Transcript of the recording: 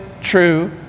true